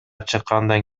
чыккандан